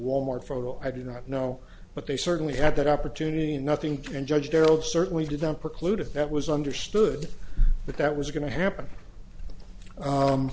wal mart photo i do not know but they certainly have that opportunity and nothing can judge harold certainly did not preclude if that was understood that that was going to happen